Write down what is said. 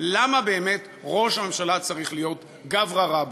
למה באמת ראש הממשלה צריך להיות גברא רבא.